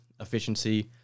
efficiency